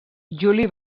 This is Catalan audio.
juli